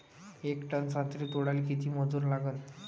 येक टन संत्रे तोडाले किती मजूर लागन?